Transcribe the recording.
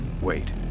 Wait